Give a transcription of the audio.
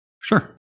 Sure